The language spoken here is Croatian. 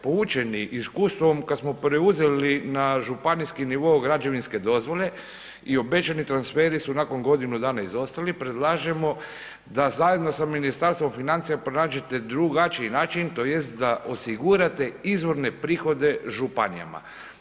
Poučeni iskustvom kad smo preuzeli na županijski nivo građevinske dozvole i obećani transferi su nakon godinu dana izostali, predlažemo da zajedno sa Ministarstvom financija pronađete drugačiji način tj. da osigurate izvorne prihode županijama.